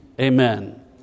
Amen